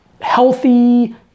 healthy